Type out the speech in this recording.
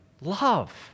love